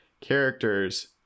characters